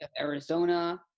Arizona